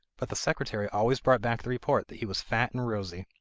but the secretary always brought back the report that he was fat and rosy.